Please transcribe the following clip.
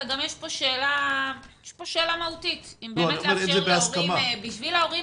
ויש פה שאלה מהותית אם באמת לאפשר להורים אני בשביל ההורים,